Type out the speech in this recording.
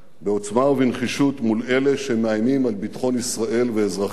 בעוצמה ובנחישות מול אלה שמאיימים על ביטחון ישראל ואזרחיה.